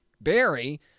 Barry